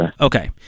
Okay